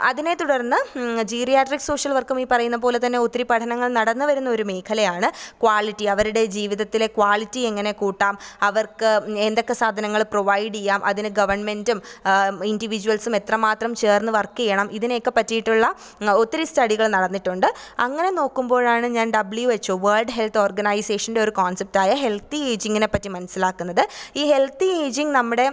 അതിനെ തുടർന്ന് geriatric social വർക്കും ഈ പറയുന്നപോലെത്തന്നെ ഒത്തിരി പഠനങ്ങൾ നടന്നുവരുന്ന ഒരു മേഖലയാണ് ക്വാളിറ്റി അവരുടെ ജീവിതത്തിലെ ക്വാളിറ്റി എങ്ങനെ കൂട്ടാം അവർക്ക് എന്തൊക്കെ സാധനങ്ങൾ പ്രൊവൈഡ് ചെയ്യാം അതിന് ഗവൺമെൻറ്റും ഇൻഡിവിജ്വൽസും എത്രമാത്രം ചേർന്ന് വർക്ക് ചെയ്യണം ഇതിനൊക്ക പറ്റിയിട്ടുള്ള ഒത്തിരി സ്റ്റഡികൾ നടന്നിട്ടുണ്ട് അങ്ങനെ നോക്കുമ്പോഴാണ് ഞാൻ ഡബ്ല്യു എച്ച് വേൾഡ് ഹെൽത്ത് ഓർഗനൈസേഷൻറ്റെ ഒരു കോൺസെപ്റ്റ് ആയ ഹെൽത്തി എയ്ജിങ്ങിനെ പറ്റി മനസ്സിലാക്കുന്നത് ഈ ഹെൽത്തി എയ്ജിങ് നമ്മുടെ